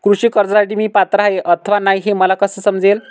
कृषी कर्जासाठी मी पात्र आहे अथवा नाही, हे मला कसे समजेल?